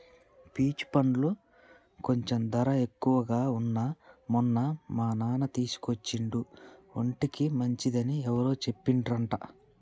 peach పండ్లు కొంచెం ధర ఎక్కువగా వున్నా మొన్న మా అన్న తీసుకొచ్చిండు ఒంటికి మంచిది అని ఎవరో చెప్పిండ్రంట